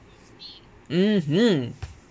mmhmm